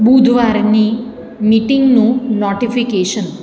બુધવારની મીટિંગનું નોટિફિકેશન